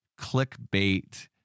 clickbait